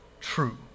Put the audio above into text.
true